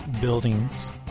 buildings